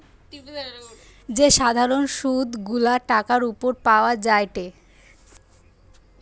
যে সাধারণ সুধ গুলা টাকার উপর পাওয়া যায়টে